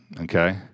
okay